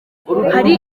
hari